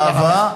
יפה מאוד.